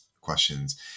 questions